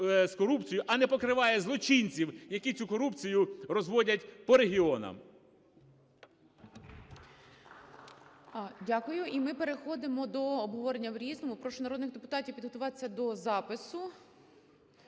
а не покриває злочинців, які цю корупцію розводять по регіонах.